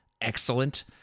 Excellent